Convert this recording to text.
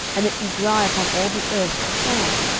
and it be dry upon all the earth beside,